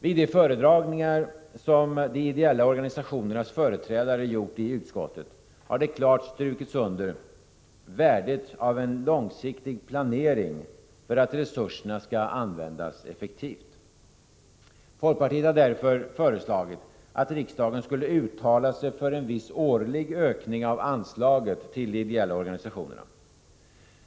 Vid de föredragningar som de ideella organisationernas företrädare gjort i utskottet har man klart strukit under värdet av långsiktig planering för att resurserna skall användas effektivt. Folkpartiet har därför föreslagit att riksdagen skulle uttala sig för en viss årlig ökning av anslagen till de ideella organisationerna.